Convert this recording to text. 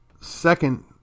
second